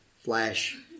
flash